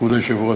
כבוד היושב-ראש,